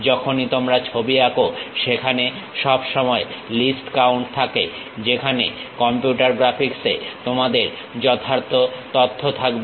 যখনই তোমরা ছবি আঁকো সেখানে সব সময় লিস্ট কাউন্ট থাকে যেখানে কম্পিউটার গ্রাফিক্সে তোমাদের যথার্থ তথ্য থাকবে